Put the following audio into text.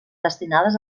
destinades